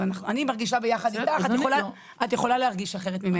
אני מרגישה ביחד איתך, את יכולה להרגיש אחרת ממני.